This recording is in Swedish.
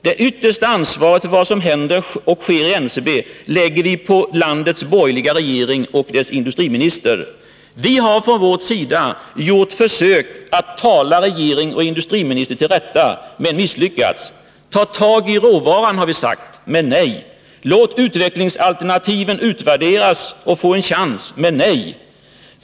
Det yttersta ansvaret för vad som händer och sker i NCB lägger vi på landets borgerliga regering och dess industriminister. Vi har från vår sida gjort försök att tala regering och industriminister till rätta men misslyckats. Ta tag i råvaran, har vi sagt — men nej! Låt utvecklingsalternativen utvärderas och få en chans — men nej!